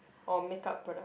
or makeup product